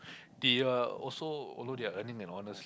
they are also although they are earning an honest